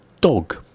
Dog